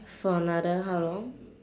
for another how long